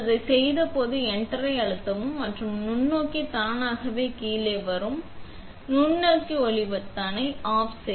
நீங்கள் அதை செய்தபோது என்டர் ஐ அழுத்தவும் மற்றும் நுண்ணோக்கி தானாகவே கீழே வரும் bsa நுண்ணோக்கி ஒளி பொத்தானை ஆஃப்